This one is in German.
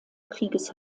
krieges